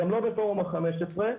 גם לא בפורום ה-15,